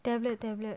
tablet tablet